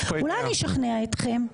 אולי אני אשכנע אתכם?